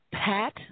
Pat